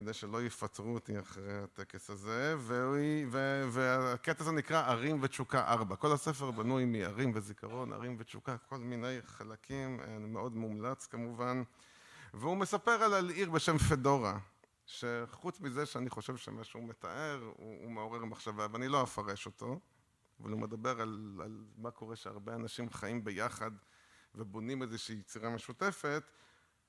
כדי שלא יפטרו אותי אחרי הטקס הזה, והקטע הזה נקרא "ערים ותשוקה 4". כל הספר בנוי מערים וזיכרון, ערים ותשוקה, כל מיני חלקים, מאוד מומלץ כמובן, והוא מספר על עיר בשם פדורה, שחוץ מזה שאני חושב שמה שהוא מתאר, הוא מעורר מחשבה, ואני לא אפרש אותו, אבל הוא מדבר על... על מה קורה כשהרבה אנשים חיים ביחד ובונים איזושהי יצירה משותפת,